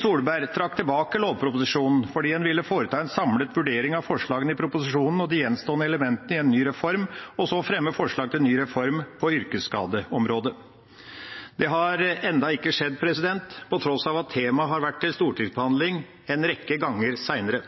Solberg trakk tilbake lovproposisjonen fordi en ville foreta en samlet vurdering av forslagene i proposisjonen og de gjenstående elementene i en ny reform og så fremme forslag til ny reform på yrkesskadeområdet. Det har ennå ikke skjedd på tross av at temaet har vært til stortingsbehandling en rekke ganger seinere.